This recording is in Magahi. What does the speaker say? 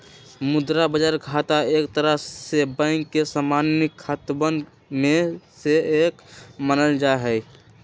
मुद्रा बाजार खाता एक तरह से बैंक के सामान्य खतवन में से एक मानल जाहई